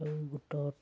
এই গোটত